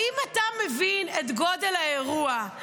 האם אתה מבין את גודל האירוע?